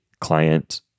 client